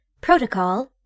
Protocol